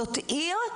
זאת עיר,